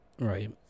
right